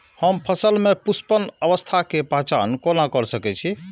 हम फसल में पुष्पन अवस्था के पहचान कोना कर सके छी?